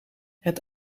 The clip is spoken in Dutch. het